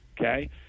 okay